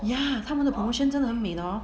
ya 他们的 promotion 真的很美的 hor